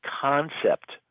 concept